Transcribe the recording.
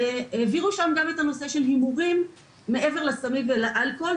העבירו שם גם את הנושא של הימורים מעבר לסמים ולאלכוהול.